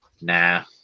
Nah